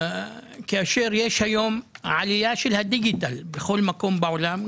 כאשר יש היום עליית הדיגיטל בכל מקום בעולם,